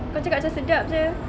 kau cakap macam sedar jer